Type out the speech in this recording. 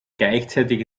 gleichzeitig